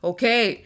Okay